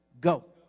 go